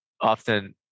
often